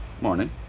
Morning